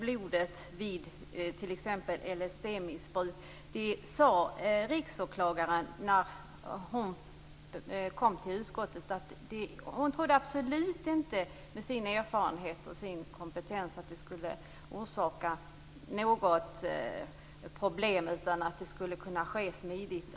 LSD-missbruk framhöll biträdande riksåklagaren när hon kom till utskottet att hon med sin erfarenhet och sin kompetens absolut inte trodde att det skulle bli något problem. Den skulle kunna ordnas smidigt.